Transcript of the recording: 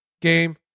game